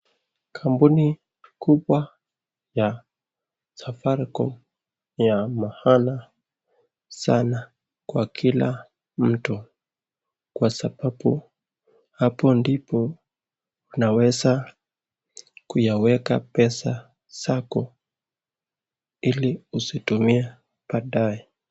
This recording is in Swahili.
Kampuni kubwa ya safaricom ni ya maana sana kwa kila mtu, kwa sababu hapo ndipo unaweza kuyaweka pesa zako ili uzitumie baadaye.